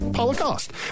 Holocaust